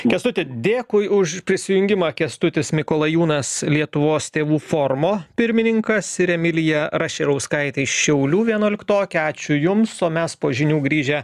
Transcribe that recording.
kęstuti dėkui už prisijungimą kęstutis mikolajūnas lietuvos tėvų forumo pirmininkas ir emilija raširauskaitė iš šiaulių vienuoliktokė ačiū jums o mes po žinių grįžę